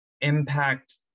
impact